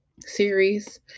series